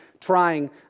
trying